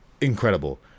incredible